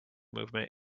movement